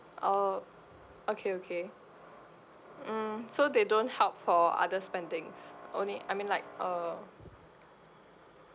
oh okay okay mm so they don't help for other spendings only I mean like uh